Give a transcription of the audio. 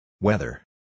Weather